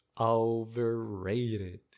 overrated